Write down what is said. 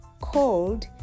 called